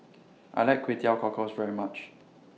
I like Kway Teow Cockles very much